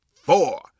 four